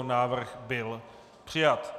Návrh byl přijat.